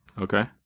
Okay